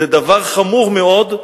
זה דבר חמור מאוד,